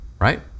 Right